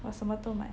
我什么都买